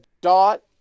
dot